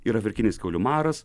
ir afrikinis kiaulių maras